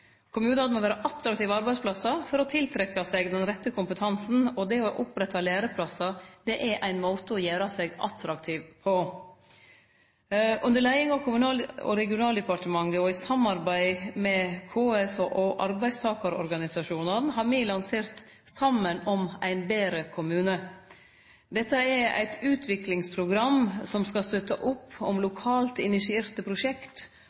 Kommunane må vere attraktive arbeidsplassar for å tiltrekkje seg den rette kompetansen, og det å opprette læreplassar er ein måte å gjere seg attraktiv på. Under leiing av Kommunal- og regionaldepartementet og i samarbeid med KS og arbeidstakarorganisasjonane har me lansert «Sammen om en bedre kommune». Dette er eit utviklingsprogram som skal støtte opp om lokalt initierte prosjekt